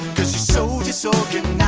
so disorganized